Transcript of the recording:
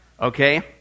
Okay